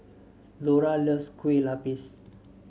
Laura loves Kue Lupis